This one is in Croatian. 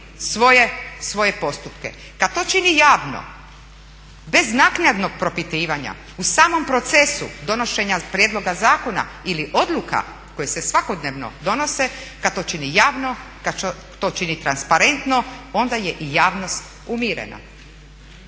svoje postupke. Kad to čini javno, bez naknadnog propitivanja u samom procesu donošenja prijedloga zakona ili odluka koje se svakodnevno donose, kad to čini javno, kad to čini transparentno, onda je i javnost umirena.